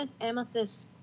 amethyst